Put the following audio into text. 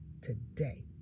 today